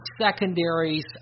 secondaries